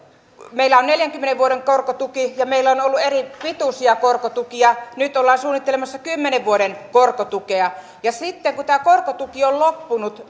meillä on neljänkymmenen vuoden korkotuki ja meillä on on ollut eripituisia korkotukia nyt ollaan suunnittelemassa kymmenen vuoden korkotukea ja sitten kun tämä korkotuki on loppunut